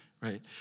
right